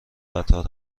قطار